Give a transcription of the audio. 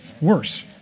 worse